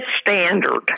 standard